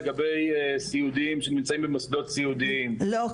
לגבי סיעודיים שנמצאים במוסדות סיעודיים --- לא,